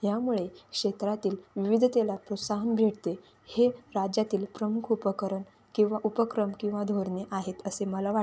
यामुळे क्षेत्रातील विविधतेला प्रोत्साहन भेटते हे राज्यातील प्रमुख उपकरण किंवा उपक्रम किंवा धोरणे आहेत असे मला वाटते